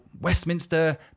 Westminster